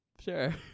Sure